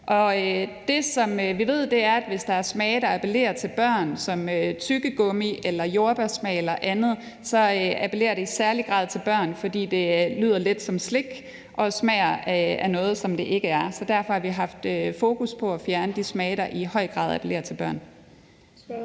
Det, som vi ved, er, at hvis der er produkter med tyggegummi- eller jordbærsmag, så appellerer det i særlig grad til børn, fordi det lyder lidt som slik og smager af noget, det ikke er. Derfor har vi haft fokus på at fjerne de smage, der i høj grad appellerer til børn.